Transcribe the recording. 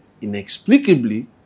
inexplicably